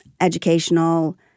educational